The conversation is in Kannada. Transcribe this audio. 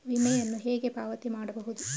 ವಿಮೆಯನ್ನು ಹೇಗೆ ಪಾವತಿ ಮಾಡಬಹುದು?